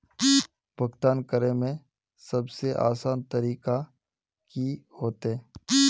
भुगतान करे में सबसे आसान तरीका की होते?